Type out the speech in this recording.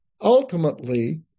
ultimately